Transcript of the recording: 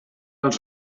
als